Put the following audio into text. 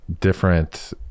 different